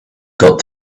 got